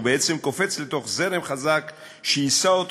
"הוא בעצם קופץ לתוך זרם חזק שיישא אותו